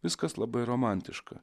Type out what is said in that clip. viskas labai romantiška